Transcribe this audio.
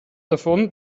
davon